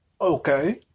Okay